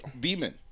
Beeman